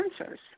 answers